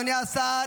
הרסתם את המדינה.